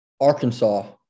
Arkansas